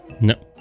No